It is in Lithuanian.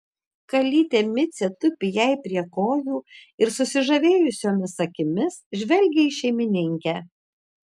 kalytė micė tupi jai prie kojų ir susižavėjusiomis akimis žvelgia į šeimininkę